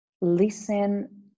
listen